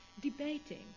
debating